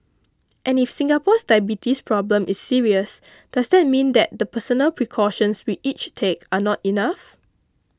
and if Singapore's diabetes problem is serious does that mean that the personal precautions we each take are not enough